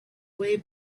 way